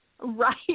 right